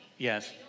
Yes